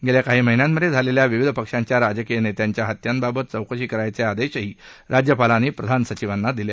गेल्या काही महिन्यांत झालेल्या विविध पक्षांच्या राजकीय नेत्यांच्या हत्यांबाबत चौकशी करण्याचे आदेशही राज्यपालांनी प्रधान सचिवांना दिले